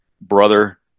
brother